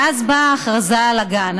ואז באה ההכרזה על הגן.